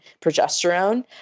progesterone